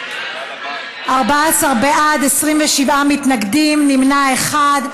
לפרוטוקול 14 בעד, 27 מתנגדים, נמנע אחד.